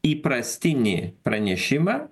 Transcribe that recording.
įprastinį pranešimą